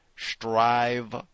Strive